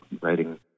writing